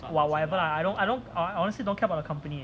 what whatever I don't I don't I honestly don't care about the company